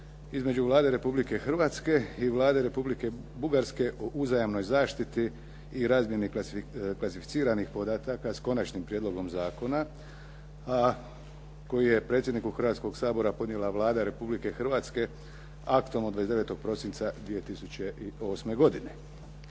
između Vlade Republike Hrvatske i Vlade Republike Bugarske o uzajamnoj zaštiti i razmjeni klasificiranih podataka s Konačnim prijedlogom zakona, a kojeg je predsjedniku Hrvatskog sabora podnijela Vlada Republike Hrvatske aktom od 29. prosinca 2008. godine.